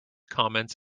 comments